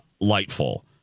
delightful